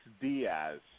Diaz